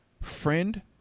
friend